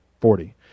Forty